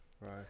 Right